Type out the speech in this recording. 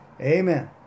Amen